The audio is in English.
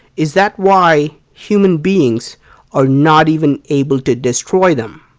is that why human beings are not even able to destroy them?